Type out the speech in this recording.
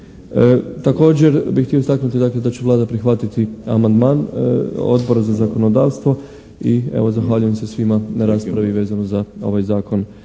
Također bi htio istaknuti da će Vlada prihvatiti amandman Odbora za zakonodavstvo. I evo, zahvaljujem se svima na raspravi vezano za ovaj Zakon